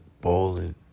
bowling